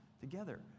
together